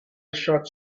shots